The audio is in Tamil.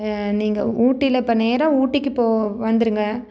நீங்கள் ஊட்டியில இப்போ நேராக ஊட்டிக்கு போக வந்துடுங்க